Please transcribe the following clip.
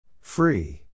Free